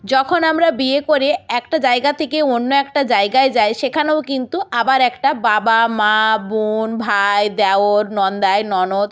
যখন আমরা বিয়ে করে একটা জায়গা থেকে অন্য একটা জায়গায় যাই সেখানেও কিন্তু আবার একটা বাবা মা বোন ভাই দেওর নন্দাই ননদ